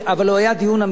אבל הוא היה דיון אמיתי.